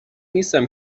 نیستم